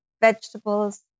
vegetables